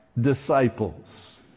disciples